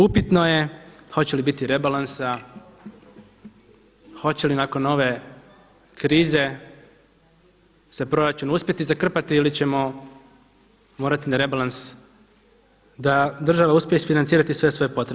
Upitno je hoće li biti rebalansa, hoće li nakon ove krize se proračun uspjeti zakrpati ili ćemo morati na rebalans da država uspije isfinancirati sve svoje potrebe.